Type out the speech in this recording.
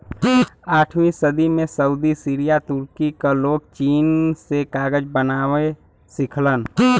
आठवीं सदी में सऊदी सीरिया तुर्की क लोग चीन से कागज बनावे सिखलन